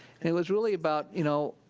and it was really about, you know,